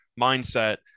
mindset